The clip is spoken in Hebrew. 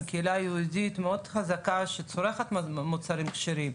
קהילה יהודית מאוד חזקה שצורכת מוצרים כשרים,